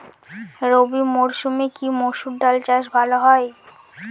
রবি মরসুমে কি মসুর ডাল চাষ ভালো হয়?